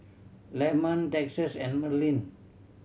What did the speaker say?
Lemon Texas and Merlin